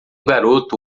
garoto